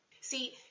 See